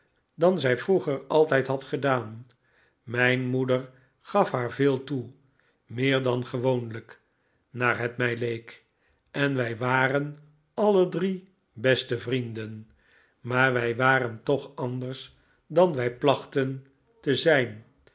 dan zij vroeger altijd had gedaan mijn moeder gaf haar veel toe meer dan gewoonlijk naar het mij leek en wij waren alle drie beste vrienden maar wij waren toch anders dan wij plachten te zijn